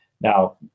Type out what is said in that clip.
Now